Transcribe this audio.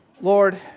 Lord